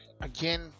again